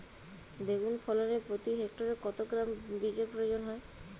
বেগুন ফলনে প্রতি হেক্টরে কত গ্রাম বীজের প্রয়োজন হয়?